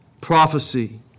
prophecy